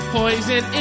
poison